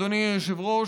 אדוני היושב-ראש,